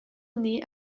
nih